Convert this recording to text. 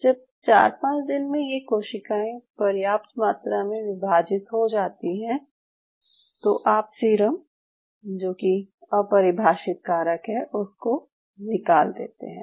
जब चार पांच दिन में ये कोशिकाएं पर्याप्त मात्रा में विभाजित हो जाती है तो आप सीरम जो कि अपरिभाषित कारक है उसको निकाल देते हैं